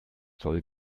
zoll